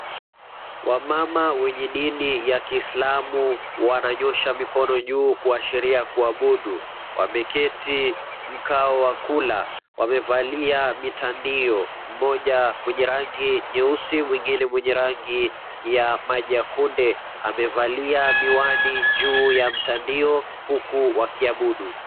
Wamama wenye dini ya kiislamu wananyoosha mikono juu kuashiria kuabudu. Wameketi mkao wa kula, wamevalia mitandio, mmoja mwenye rangi nyeusi mwingine mwenye rangi ya maji ya kunde, amevalia miwani juu ya mtandio huku akiabudu